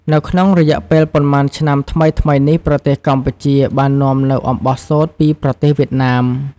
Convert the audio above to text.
នៅក្នុងរយៈពេលប៉ុន្មានឆ្នាំថ្មីៗនេះ ប្រទេសកម្ពុជា បាននាំនូវអំបោះសូត្រពីប្រទេសវៀតណាម។